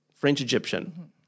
French-Egyptian